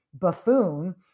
buffoon